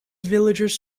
villagers